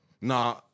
Nah